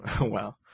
Wow